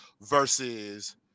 versus